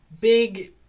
big